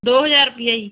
ਦੋ ਹਜ਼ਾਰ ਰੁਪਈਆ ਜੀ